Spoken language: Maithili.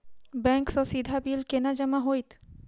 बैंक सँ सीधा बिल केना जमा होइत?